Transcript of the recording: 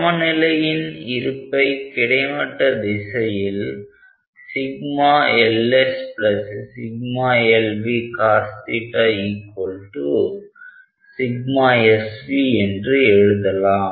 சமநிலையின் இருப்பை கிடைமட்ட திசையில் LSLVcos SVஎன்று எழுதலாம்